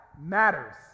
matters